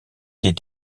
des